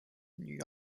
news